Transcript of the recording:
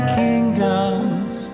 kingdoms